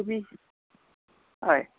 तुमी हय